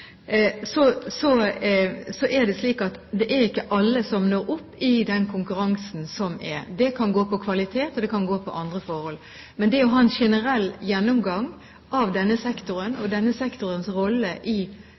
ikke alle opp i den konkurransen som er. Det kan gå på kvalitet, og det kan gå på andre forhold. Det å ha en generell gjennomgang av denne sektoren